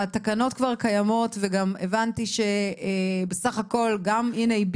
התקנות כבר קיימות וגם הבנתי שבסך הכל גם הנה,